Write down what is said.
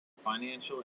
financial